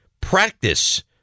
practice